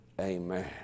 amen